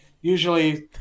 usually